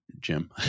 Jim